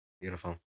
Beautiful